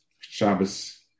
Shabbos